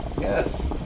Yes